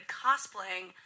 cosplaying